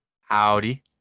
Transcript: Howdy